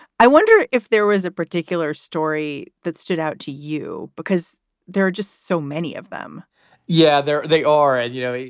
i wonder if there was a particular story that stood out to you because there are just so many of them yeah, there they are. and you know,